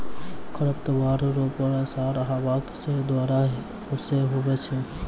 खरपतवार रो प्रसार हवा रो द्वारा से हुवै छै